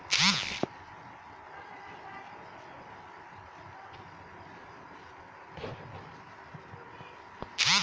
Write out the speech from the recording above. note छ्पला कअ काम रिजर्व बैंक ऑफ़ इंडिया करत बाटे